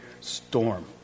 storm